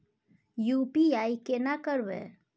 UPI केना करबे?